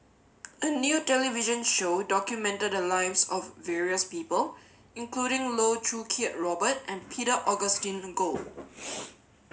a new television show documented the lives of various people including Loh Choo Kiat Robert and Peter Augustine Goh